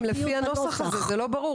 איזה עוד טעמים לפי הנוסח הזה זה לא ברור,